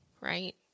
right